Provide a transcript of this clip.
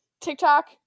TikTok